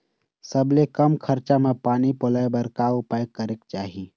सबले कम खरचा मा पानी पलोए बर का उपाय करेक चाही?